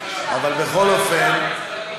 בכל אופן,